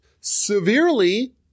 severely